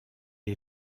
est